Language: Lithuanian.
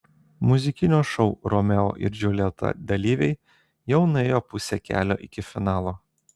muzikinio šou romeo ir džiuljeta dalyviai jau nuėjo pusę kelio iki finalo